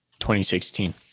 2016